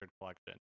collection